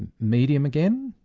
and medium again.